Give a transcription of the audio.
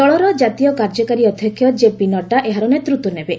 ଦଳର ଜାତୀୟ କାର୍ଯ୍ୟକାରୀ ଅଧ୍ୟକ୍ଷ ଜେପି ନଡ୍ରା ଏହାର ନେତୃତ୍ୱ ନେବେ